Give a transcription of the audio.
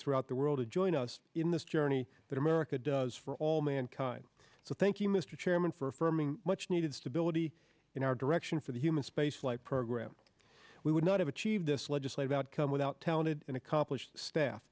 throughout the world to join us in this journey that america does for all mankind so thank you mr chairman for affirming much needed stability in our direction for the human spaceflight program we would not have achieved this legislative outcome without talented and accomplished staff